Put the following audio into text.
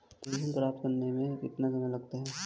प्रेषण प्राप्त करने में कितना समय लगता है?